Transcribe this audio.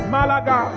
Malaga